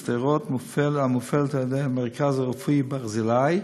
בשדרות, המופעלת על-ידי המרכז הרפואי ברזילי,